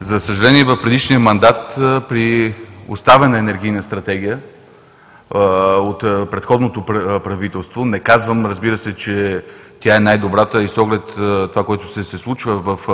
За съжаление, в предишния мандат при оставена енергийна стратегия от предходното правителство – не казвам, че тя е най-добрата, и с оглед на това, което се случва в